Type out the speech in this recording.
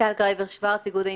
אבל